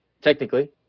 Technically